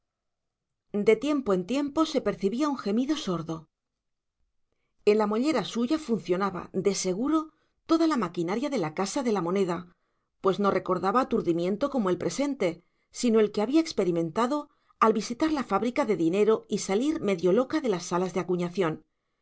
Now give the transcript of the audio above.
de tiempo en tiempo se percibía un gemido sordo en la mollera suya funcionaba de seguro toda la maquinaria de la casa de la moneda pues no recordaba aturdimiento como el presente sino el que había experimentado al visitar la fábrica de dinero y salir medio loca de las salas de acuñación